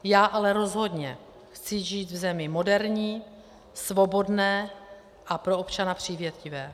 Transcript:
Já ale rozhodně chci žít v zemi moderní, svobodné a pro občana přívětivé.